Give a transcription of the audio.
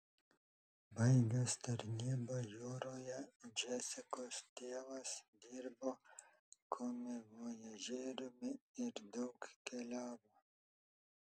baigęs tarnybą jūroje džesikos tėvas dirbo komivojažieriumi ir daug keliavo